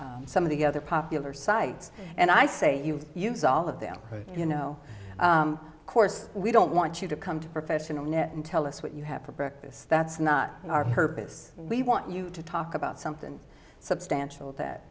and some of the other popular sites and i say you use all of them you know course we don't want you to come to professional net and tell us what you have for breakfast that's not our purpose we want you to talk about something substantial that